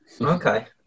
Okay